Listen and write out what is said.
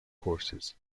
horses